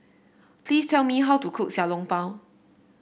please tell me how to cook Xiao Long Bao